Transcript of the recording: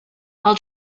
i’ll